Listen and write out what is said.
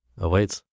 awaits